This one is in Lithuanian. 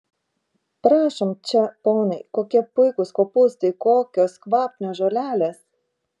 prašom čia ponai kokie puikūs kopūstai kokios kvapnios žolelės